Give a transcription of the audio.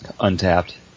untapped